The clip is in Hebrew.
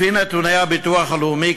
לפי נתוני הביטוח הלאומי,